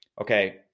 okay